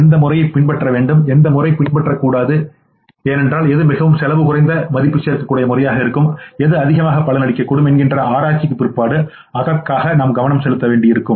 எந்த முறையை பின்பற்ற வேண்டும் எந்த முறையை பின்பற்றக்கூடாது ஏனென்றால் எது மிகவும் செலவு குறைந்த மதிப்பு சேர்க்கும் அதிக பலனளிக்கும் என்கின்ற ஆராய்ச்சிக்கு பிற்பாடு அதற்காக நாம் கவனம் செலுத்த வேண்டியிருக்கும்